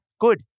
Good